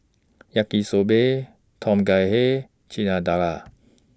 Yaki Soba Tom Kha Hay Chana Dal